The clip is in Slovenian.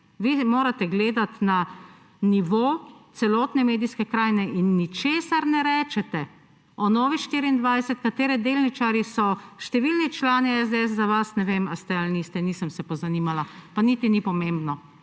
vi morate gledati na nivo celotne medijske krajine. In ničesar ne rečete o Novi24TV, katere delničarji so številni člani SDS. Za vas ne vem, ali ste ali niste, nisem se pozanimala pa niti ni pomembno.